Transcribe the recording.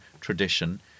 tradition